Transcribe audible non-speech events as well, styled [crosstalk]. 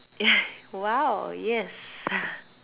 ya !wow! yes [breath]